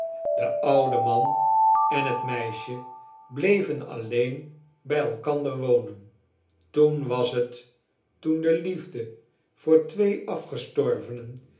de oude man en het meisje bleven alleen bij elkander wonen toen was het toen de liefde voor twee afgestorvenen